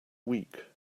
week